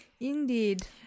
Indeed